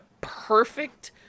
perfect